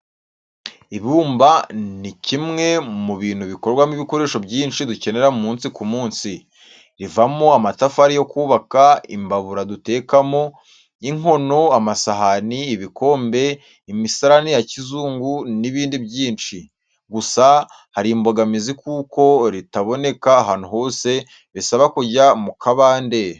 Ibumba ni kimwe mu bintu bikorwamo ibikoresho byinshi dukenera umunsi ku munsi. Rivamo amatafari yo kubaka, imbabura dutekaho, inkono, amasahani, ibikombe, imisarani ya kizungu n'ibindi byinshi. Gusa hari imbogamizi kuko ritaboneka ahantu hose bisaba kujya mu kabande.